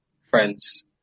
friends